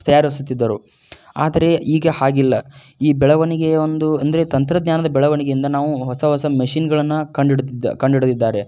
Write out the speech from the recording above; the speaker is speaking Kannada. ತಯಾರಿಸುತ್ತಿದ್ದರು ಆದರೆ ಈಗ ಹಾಗಿಲ್ಲ ಈ ಬೆಳವಣಿಗೆಯ ಒಂದು ಅಂದರೆ ತಂತ್ರಜ್ಞಾನದ ಬೆಳವಣಿಗೆಯಿಂದ ನಾವು ಹೊಸ ಹೊಸ ಮೆಷಿನ್ಗಳನ್ನು ಕಂಡು ಹಿಡಿದಿದ್ದ ಕಂಡು ಹಿಡಿದಿದ್ದಾರೆ